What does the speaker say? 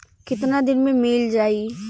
कितना दिन में मील जाई?